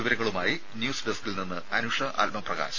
വിവരങ്ങളുമായി ന്യൂസ് ഡസ്ക്കിൽ നിന്ന് അനുഷ ആത്മപ്രകാശ്